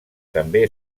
també